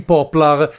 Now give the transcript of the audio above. Poplar